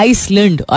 Iceland